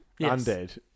Undead